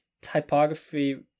typography